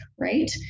Right